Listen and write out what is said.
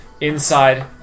Inside